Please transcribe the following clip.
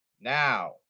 Now